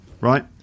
right